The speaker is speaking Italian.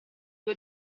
due